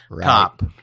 cop